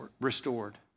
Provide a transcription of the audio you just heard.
restored